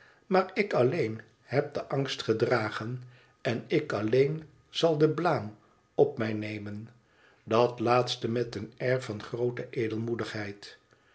maar ik alleen heb den angst gedragen en ik alleen zal de blaam op mij nemen dat laatste met een air van groote